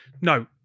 no